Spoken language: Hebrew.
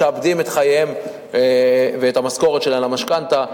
משעבדים את חייהם ואת המשכורת שלהם למשכנתה.